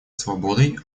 свободой